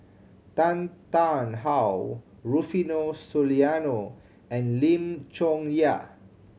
Tan Tarn How Rufino Soliano and Lim Chong Yah